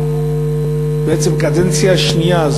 בעצם קדנציה שנייה,